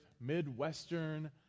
midwestern